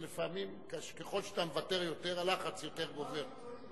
ככל שאתה מוותר יותר הלחץ גובר יותר.